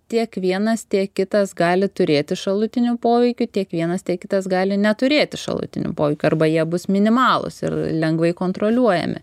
tiek vienas tiek kitas gali turėti šalutinių poveikių tiek vienas tiek kitas gali neturėti šalutinių poveikių arba jie bus minimalūs ir lengvai kontroliuojami